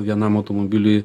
vienam automobiliui